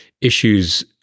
issues